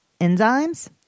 enzymes